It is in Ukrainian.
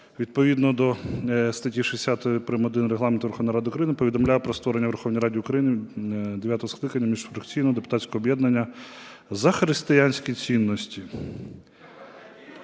Відповідно до статті 60 прим.1 Регламенту Верховної Ради України повідомляю про створення у Верховній Раді України дев'ятого скликання міжфракційного депутатського об'єднання "За християнські цінності".